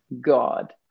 god